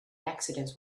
accidents